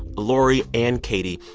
lori and katie.